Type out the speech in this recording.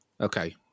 okay